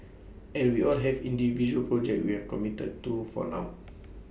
and we all have individual projects we've committed to for now